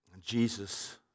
Jesus